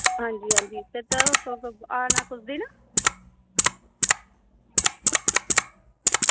आं जी आं जी ते आना कुस दिन